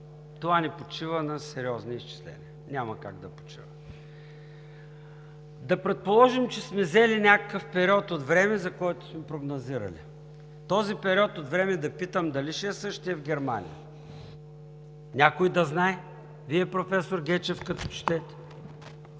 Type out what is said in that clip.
това не почива на сериозни изчисления. Няма как да почива. Да предположим, че сме взели някакъв период от време, за който сме прогнозирали. Този период от време – да питам – дали ще е същият в Германия? Някой да знае? Вие, професор Гечев, като четете?